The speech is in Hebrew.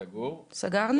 סגור,